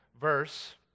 verse